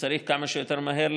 שצריך להכריע כמה שיותר מהר,